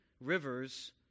rivers